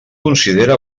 considera